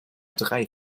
drei